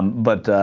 but ah.